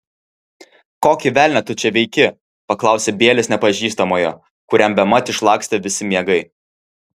kokį velnią tu čia veiki paklausė bielis nepažįstamojo kuriam bemat išlakstė visi miegai